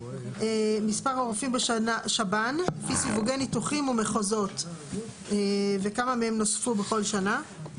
מספר הרופאים בשב"ן לפי סיווגי ניתוחים ומחוזות וכמה מהם נוספו בכל שנה.